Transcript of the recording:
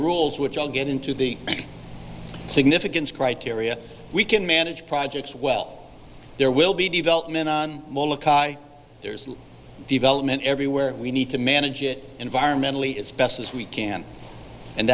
rules which i'll get into the significance criteria we can manage projects well there will be development there's development everywhere we need to manage it environmentally as best as we can and